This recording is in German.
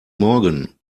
morgen